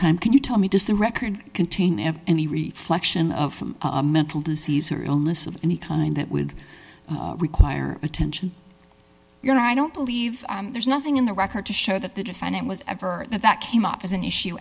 time can you tell me does the record contain never any reflexion of a mental disease or illness of any kind that would require attention your i don't believe there's nothing in the record to show that the defendant was ever that came up as an issue